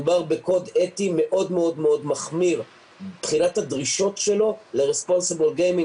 מדובר בקוד אתי מאוד מאוד מחמיר מבחינת הדרישות שלו להימורים אחראיים.